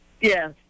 Yes